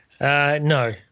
No